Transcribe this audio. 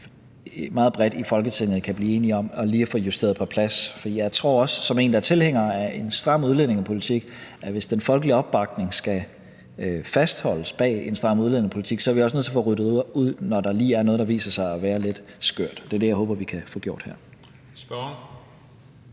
meget bredt i Folketinget kan blive enige om lige at få justeret på plads. For jeg tror, som en, der er tilhænger af en stram udlændingepolitik, at hvis den folkelige opbakning til en stram udlændingepolitik skal fastholdes, er vi også nødt til at få ryddet ud, når der lige er noget, der viser sig at være lidt skørt. Det er det, jeg håber vi kan få gjort her.